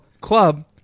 club